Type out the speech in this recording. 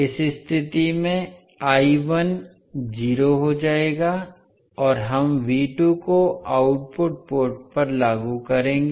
इस स्थिति में 0 हो जाएगा और हम को आउटपुट पोर्ट पर लागू करेंगे